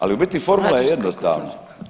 Ali u biti formula je jednostavna.